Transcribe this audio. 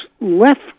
left